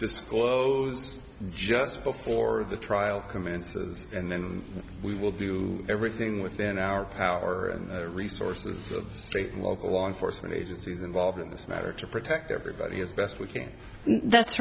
just flows just before the trial commences and we will do everything within our power and resources of state local law enforcement agencies involved in this matter to protect everybody as best we can that's